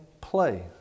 play